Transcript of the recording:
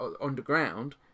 Underground